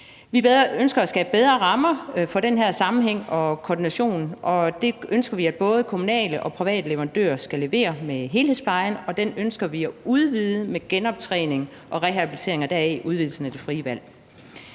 Vi ønsker at skabe bedre rammer for den her sammenhæng og koordination, og det ønsker vi at både kommunale og private leverandører skal levere med helhedsplejen, og den ønsker vi at udvide med genoptræning og rehabilitering og deraf udvidelsen af det frie valg.